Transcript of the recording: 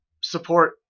support